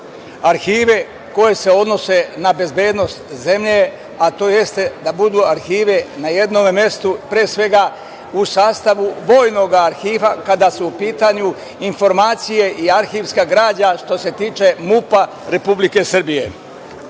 arhive koje se odnose na bezbednost zemlje, a to jeste da budu arhive na jednom mestu, pre svega u sastavu Vojnog arhiva kada su u pitanju informacije i arhivska građa što se tiče MUP Republike Srbije. Obzirom